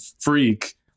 freak